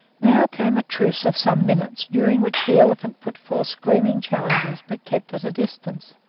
now came a truce of some minutes, during which the elephant put forth screaming challenges, but kept at a distance,